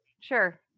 Sure